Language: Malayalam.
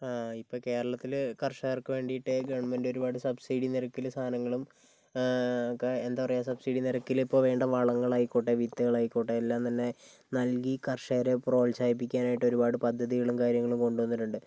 ഇപ്പോൾ കേരളത്തില് കർഷകർക്ക് വേണ്ടിട്ട് ഗവൺമെൻറ് ഒരുപാട് സബ്സിഡി നിരക്കിൽ സാധനങ്ങളും എന്താ പറയുക സബ്സിഡി നിരക്കില് ഇപ്പോൾ വളങ്ങൾ ആയിക്കോട്ടെ വിത്തുകൾ ആയിക്കോട്ടെ എല്ലാം തന്നെ നൽകി കർഷകരെ പ്രോത്സാഹിപ്പിക്കാൻ ആയിട്ട് ഒരുപാട് പദ്ധതികളും കാര്യങ്ങളും കൊണ്ട് വന്നിട്ട് ഉണ്ട്